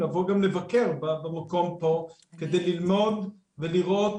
לבוא גם לבקר במקום פה כדי ללמוד ולראות